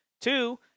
Two